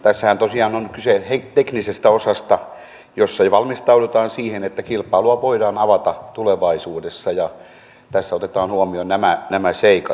tässähän tosiaan on kyse teknisestä osasta jossa jo valmistaudutaan siihen että kilpailua voidaan avata tulevaisuudessa tässä otetaan huomioon nämä seikat